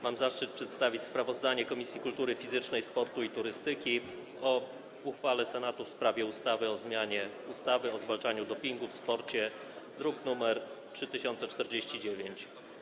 Mam zaszczyt przedstawić sprawozdanie Komisji Kultury Fizycznej, Sportu i Turystyki o uchwale Senatu w sprawie ustawy o zmianie ustawy o zwalczaniu dopingu w sporcie, druk nr 3049.